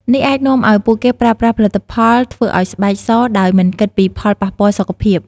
នេះអាចនាំឲ្យពួកគេប្រើប្រាស់ផលិតផលធ្វើឲ្យស្បែកសដោយមិនគិតពីផលប៉ះពាល់សុខភាព។